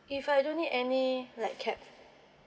if I don't need any like cap